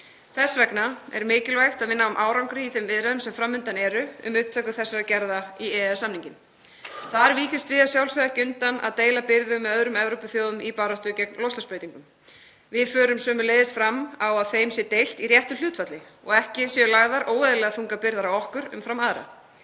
Þess vegna er mikilvægt að við náum árangri í þeim viðræðum sem fram undan eru um upptöku þessara gerða í EES-samninginn. Þar skorumst við að sjálfsögðu ekki undan því að deila byrðum með öðrum Evrópuþjóðum í baráttu gegn loftslagsbreytingum. Við förum sömuleiðis fram á að þeim sé deilt í réttu hlutfalli og ekki séu lagðar óeðlilega þungar byrðar á okkur umfram aðra.